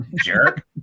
jerk